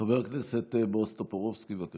חבר הכנסת בועז טופורובסקי, בבקשה.